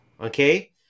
okay